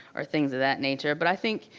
or things of that nature. but i think,